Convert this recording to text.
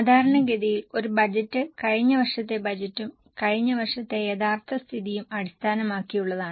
സാധാരണഗതിയിൽ ഒരു ബജറ്റ് കഴിഞ്ഞ വർഷത്തെ ബജറ്റും കഴിഞ്ഞ വർഷത്തെ യഥാർത്ഥ സ്ഥിതിയും അടിസ്ഥാനമാക്കിയുള്ളതാണ്